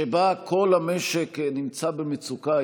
שבה כל המשק נמצא במצוקה,